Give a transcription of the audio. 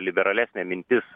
liberalesnė mintis